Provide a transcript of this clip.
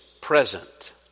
present